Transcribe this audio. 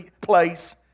place